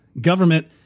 government